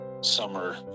summer